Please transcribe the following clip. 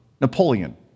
napoleon